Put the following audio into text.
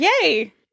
Yay